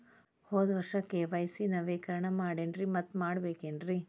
ಹೋದ ವರ್ಷ ಕೆ.ವೈ.ಸಿ ನವೇಕರಣ ಮಾಡೇನ್ರಿ ಮತ್ತ ಮಾಡ್ಬೇಕೇನ್ರಿ?